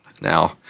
Now